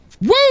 Woo